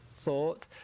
thought